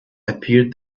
appeared